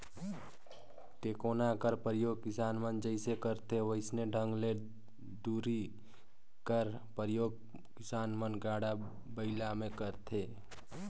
टेकोना कर परियोग किसान मन जइसे करथे वइसने ढंग ले धूरी कर परियोग किसान मन गाड़ा बइला मे करथे